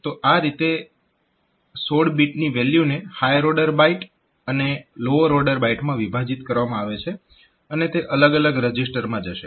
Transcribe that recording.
તો આ રીતે 16 બીટ વેલ્યુને હાયર ઓર્ડર બાઈટ અને લોઅર ઓર્ડર બાઈટમાં વિભાજીત કરવામાં આવે છે અને તે અલગ અલગ રજીસ્ટરમાં જશે